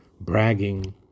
bragging